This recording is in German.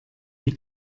die